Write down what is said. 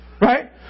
Right